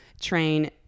train